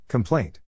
Complaint